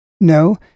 no